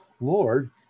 Lord